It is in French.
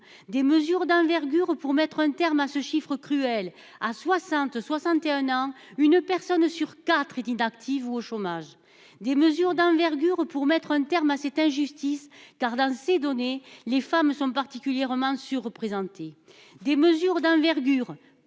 des mesures d'envergure pour mettre un terme à ce chiffre cruel à 60 61 ans, une personne sur 4 est inactive ou au chômage. Des mesures d'envergure pour mettre un terme à cette injustice car dans ces données. Les femmes sont particulièrement surreprésentés. Des mesures d'envergure,